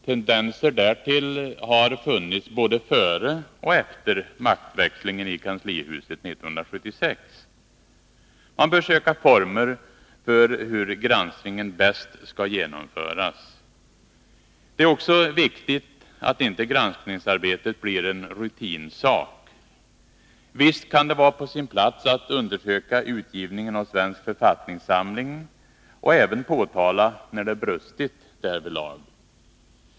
Tendenser därtill har funnits både före och efter maktväxlingen i kanslihuset 1976. Man bör söka former för hur granskningen bäst skall genomföras. Det är också viktigt att inte granskningsarbetet blir en rutinsak. Visst kan det vara på sin plats att undersöka utgivningen av Svensk författningssamling och även påtala när det brustit därvidlag.